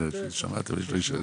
שמעתי.